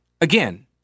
Again